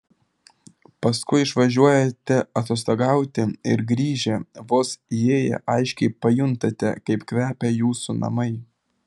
paskui išvažiuojate atostogauti ir grįžę vos įėję aiškiai pajuntate kaip kvepia jūsų namai